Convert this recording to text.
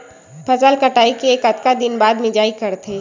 फसल कटाई के कतका दिन बाद मिजाई करथे?